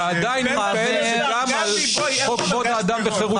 ומי מאיתנו גם בתפקידים ברשות המבצעת,